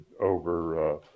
over